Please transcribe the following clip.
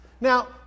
Now